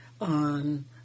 on